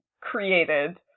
created